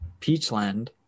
Peachland